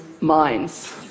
minds